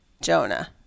Jonah